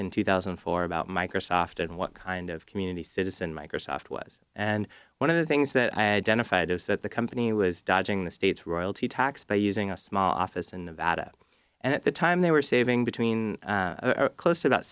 in two thousand and four about microsoft and what kind of community citizen microsoft was and one of the things that i identified is that the company was dodging the state's royalty tax payer using a small office in nevada and at the time they were saving between close to about